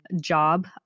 job